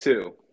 two